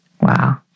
Wow